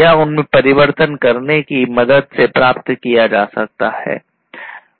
या उनमें परिवर्तन करने की मदद से प्राप्त किया जा सकता है